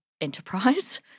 enterprise